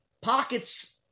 pockets